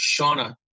Shauna